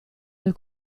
del